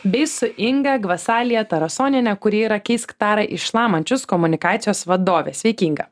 bei su inga gvasalia tarasoniene kuri yra keisk tarą į šlamančius komunikacijos vadovė sveiki inga